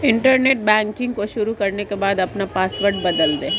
internet banking को शुरू करने के बाद अपना पॉसवर्ड बदल दे